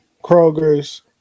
Kroger's